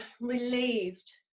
relieved